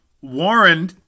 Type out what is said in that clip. Warren